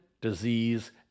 disease